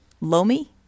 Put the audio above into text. Lomi